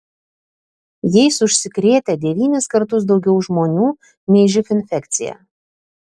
jais užsikrėtę devynis kartus daugiau žmonių nei živ infekcija